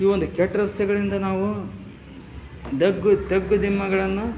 ಈ ಒಂದು ಕೆಟ್ಟ ರಸ್ತೆಗಳಿಂದ ನಾವು ದಗ್ಗು ತಗ್ಗು ದಿಮ್ಮಗಳನ್ನು